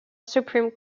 supreme